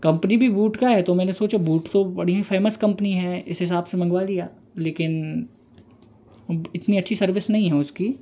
company भी boot का है तो मैंने सोचा बूट तो बढ़िया फेमस कंपनी है इस हिसाब से मँगवा लिया लेकिन अब इतनी अच्छी सर्विस नहीं है उसकी